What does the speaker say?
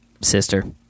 Sister